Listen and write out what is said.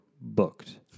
booked